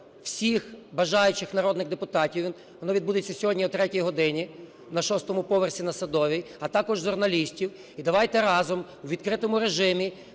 всіх бажаючих народних депутатів (воно відбудеться сьогодні о третій годині на шостому поверсі, на Садовій), а також журналістів. І давайте разом у відкритому режимі